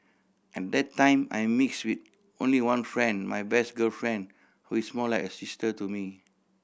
and that time I mix with only one friend my best girlfriend who is more like a sister to me